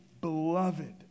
beloved